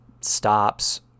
stops